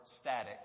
static